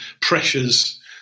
pressures